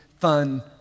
fun